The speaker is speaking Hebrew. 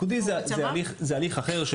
פיקודי זה הליך אחר.